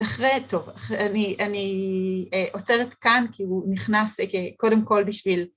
‫אחרי, טוב, אני עוצרת כאן ‫כי הוא נכנס קודם כול בשביל...